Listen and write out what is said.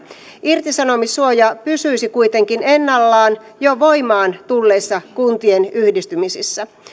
irtisanomissuoja pysyisi kuitenkin ennallaan jo voimaan tulleissa kuntien yhdistymisissä